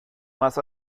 más